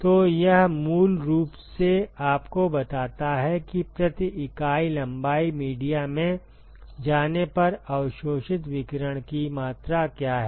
तो यह मूल रूप से आपको बताता है कि प्रति इकाई लंबाई मीडिया में जाने पर अवशोषित विकिरण की मात्रा क्या है